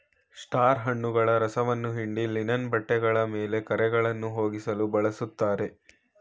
star ಹಣ್ಣುಗಳ ರಸವನ್ನ ಹಿಂಡಿ ಲಿನನ್ ಬಟ್ಟೆಗಳ ಮೇಲಿನ ಕರೆಗಳನ್ನಾ ಹೋಗ್ಸಲು ಬಳುಸ್ತಾರೆ